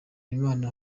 imana